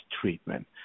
treatment